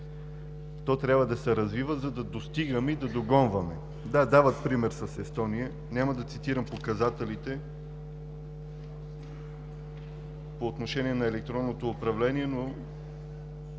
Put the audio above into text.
То трябва да се развива, за да достигаме и да догонваме. Да, дават пример с Естония, няма да цитирам показателите по отношение на електронното управление и